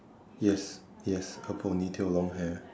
yes yes a ponytail long hair